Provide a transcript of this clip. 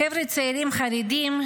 חבר'ה צעירים חרדים,